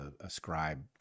ascribe